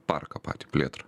parką patį plėtrą